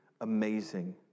amazing